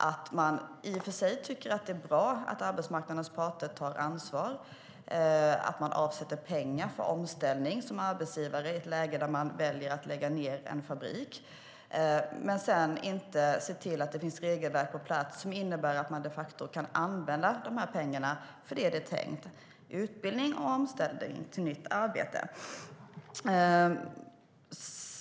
I och för sig tycker man alltså att det är bra att arbetsmarknadens parter tar ansvar och att arbetsgivare avsätter pengar för omställning i ett läge där de väljer att lägga ned en fabrik. Men sedan ser man inte till att det finns regelverk på plats som innebär att dessa pengar de facto kan användas till det som är tänkt: utbildning och omställning till nytt arbete.